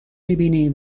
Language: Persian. میبینی